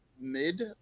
mid